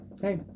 Hey